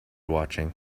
watching